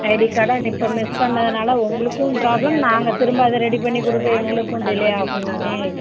ID கார்ட்டை இப்போ miss பண்ணதுனால உங்களுக்கும் ப்ராப்ளம் நாங்கள் திரும்ப அதை ரெடி பண்ணி கொடுக்க எங்களுக்கும் டிலே ஆகுந்தானே